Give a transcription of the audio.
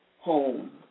home